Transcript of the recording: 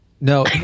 No